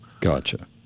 Gotcha